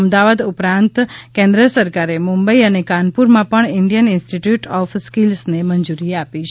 અમદાવાદ ઉપરાંત કેન્દ્ર સરકારે મુંબઈ અને કાનપુરમાં પણ ઇન્ડિયન ઇન્સ્ટિટ્યૂટ ઓફ સ્કિલ્સને મંજૂરી આપી છે